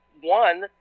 one